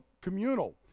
communal